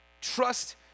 Trust